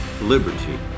Liberty